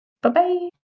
Bye-bye